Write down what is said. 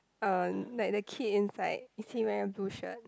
uh like the kid inside is he wearing blue shirt